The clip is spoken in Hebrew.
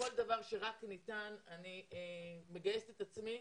בכל דבר שרק ניתן, אני מגייסת את עצמי.